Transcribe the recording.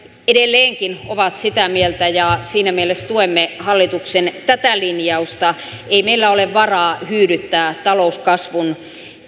edelleenkin ovat sitä mieltä ja siinä mielessä tuemme hallituksen tätä linjausta ei meillä ole varaa hyydyttää talouskasvun